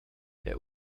der